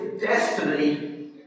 destiny